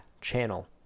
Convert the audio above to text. channel